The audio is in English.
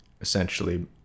essentially